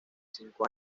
cinco